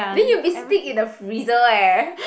then you be sitting in a freezer eh